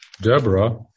Deborah